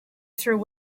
through